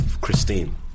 Christine